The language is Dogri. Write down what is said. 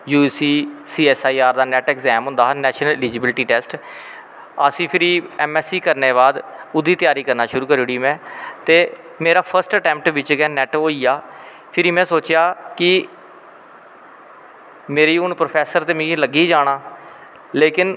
zoo G C C S I R दा नैट अगज़ैंम होंदा हा नैशनल अलिज्बल्टी टैस्ट असैं फिर ऐम ऐस सी करनें दे बाद ओह्दी तैयारी करनी शुरु करी ओड़ी में ते मेरा फ्सट अटैंम्पट बिच्च गै मेरा नैट होईया फिरी में सोचेआ कि मेंरी हून प्रौफैसर ते लग्गी गै जाना लेकिन